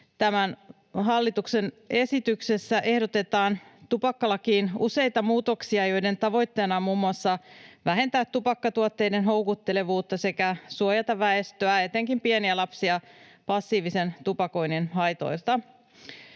Tässä hallituksen esityksessä ehdotetaan tupakkalakiin useita muutoksia, joiden tavoitteena on muun muassa vähentää tupakkatuotteiden houkuttelevuutta sekä suojata väestöä, etenkin pieniä lapsia, passiivisen tupakoinnin haitoilta.